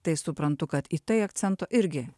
tai suprantu kad į tai akcento irgi